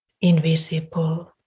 invisible